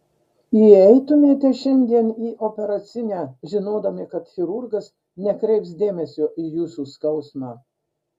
įeitumėte šiandien į operacinę žinodami kad chirurgas nekreips dėmesio į jūsų skausmą